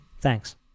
Thanks